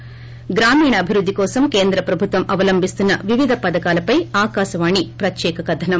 ి గ్రామీణాభివృద్ది కోసం కేంద్ర ప్రభుత్వం అవలంభిస్తున్న వివిధ పథకాలపై ఆకాశావాణి ప్రత్యేక కథనం